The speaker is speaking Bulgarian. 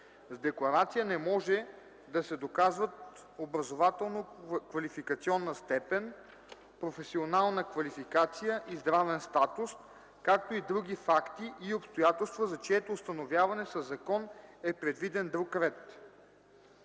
С декларация не може да се доказват образователно-квалификационна степен, професионална квалификация и здравен статус, както и други факти и обстоятелства, за чието установяване със закон е предвиден друг ред.”